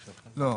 לא,